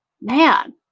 Man